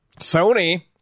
Sony